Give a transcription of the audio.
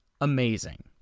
amazing